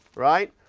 right?